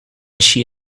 she